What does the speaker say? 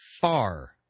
far